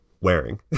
wearing